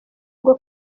bwo